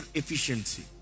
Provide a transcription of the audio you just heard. efficiency